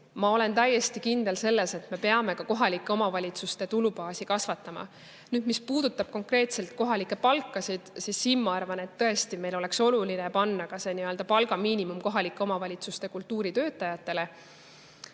Ma olen täiesti kindel selles, et me peame ka kohalike omavalitsuste tulubaasi kasvatama. Mis puudutab konkreetselt palkasid, siis siin ma arvan, et tõesti oleks meil oluline panna ka see palgamiinimum kohalike omavalitsuste kultuuritöötajatele.